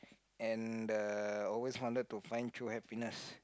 and always wanted to find through happiness